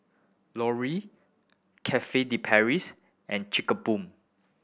Laurier Cafe De Paris and Chic Boo